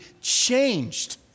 changed